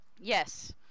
yes